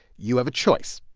you have a choice.